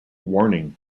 warning